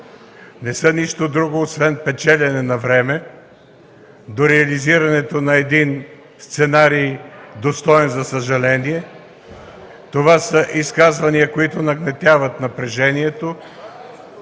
не са нищо друго освен печелене на време до реализирането на един сценарий, достоен за съжаление. Това са изказвания, които нагнетяват напрежението.